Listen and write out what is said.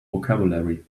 vocabulary